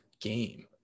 game